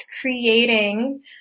creating